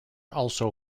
also